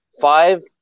five